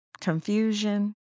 confusion